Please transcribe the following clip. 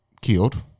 killed